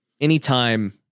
anytime